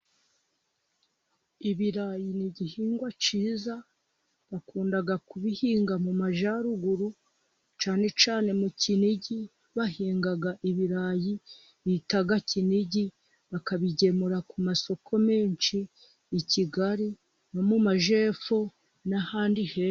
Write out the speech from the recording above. Ibirayi n'igihingwa cyiza, bakunda kubihinga mu majyaruguru, cyane cyane mu Kinigi bahinga ibirayi bita Kinigi, bakabigemura ku masoko menshi I Kigali, no mu majyepfo n'ahandi henshi.